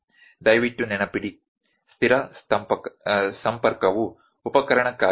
ದಯವಿಟ್ಟು ನೆನಪಿಡಿ ಸ್ಥಿರ ಸಂಪರ್ಕವು ಉಪಕರಣಕ್ಕಾಗಿ